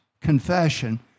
confession